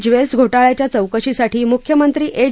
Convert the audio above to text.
ज्वस्सि घोटाळ्याच्या चौकशीसाठी मुख्यमंत्री एच